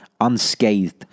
unscathed